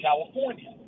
California